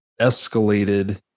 escalated